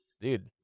Dude